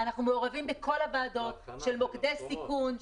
אנחנו מעורבים בכל הוועדות של מוקדי סיכון,